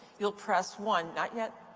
you'll press one. not yet.